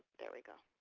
there we go.